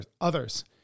others